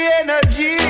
energy